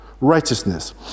righteousness